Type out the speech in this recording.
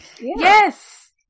Yes